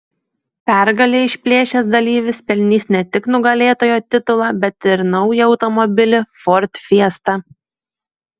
pergalę išplėšęs dalyvis pelnys ne tik nugalėtojo titulą bet ir naują automobilį ford fiesta